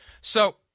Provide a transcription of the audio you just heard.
So-